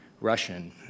Russian